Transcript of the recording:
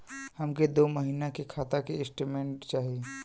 हमके दो महीना के खाता के स्टेटमेंट चाही?